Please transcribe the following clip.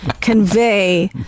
convey